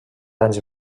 anys